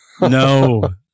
No